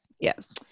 Yes